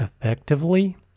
effectively